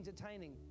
entertaining